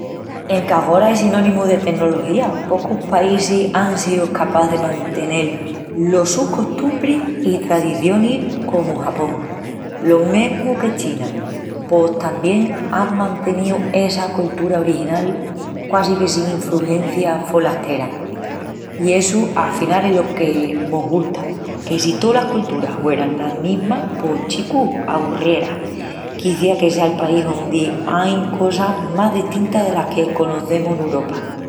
Enque agora es sinónimu de tecnología, pocus paísis án síu escapás de mantenel los sus costumbris i tradicionis comu Japón. Lo mesmu que China, pos tamién án manteníu essa coltura original quasi que sin infrugencia folastera. I essu afinal es lo que mos gusta, que si tolas colturas hueran la mesma pos chicu aburrieru. Quiciás que sea el país ondi ain cosas más destintas delas que conocemus en Uropa.